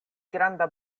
granda